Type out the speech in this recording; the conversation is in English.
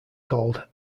called